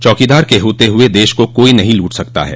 चौकीदार के होते हुए देश को कोई नहीं लूट सकता है